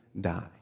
die